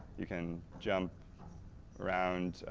you can jump around,